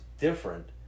different